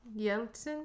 Yeltsin